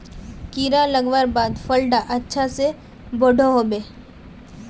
कीड़ा लगवार बाद फल डा अच्छा से बोठो होबे?